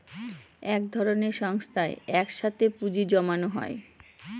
এক ধরনের সংস্থায় এক সাথে পুঁজি জমানো হয়